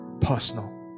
personal